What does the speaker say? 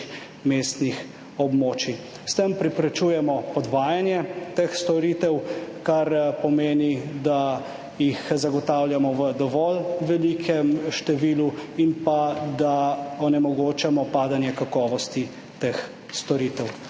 mestnih območij. S tem preprečujemo podvajanje teh storitev, kar pomeni, da jih zagotavljamo v dovolj velikem številu in pa da onemogočamo padanje kakovosti teh storitev.